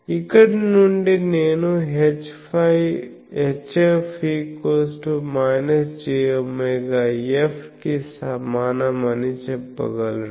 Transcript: ఇక్కడ నుండి నేను HF jwF కి సమానం అని చెప్పగలను